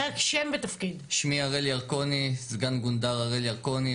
שמי סגן גונדר הראל ירקוני,